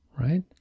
right